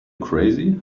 crazy